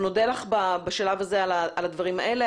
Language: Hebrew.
אנחנו נודה לך בשלב הזה על הדברים האלה.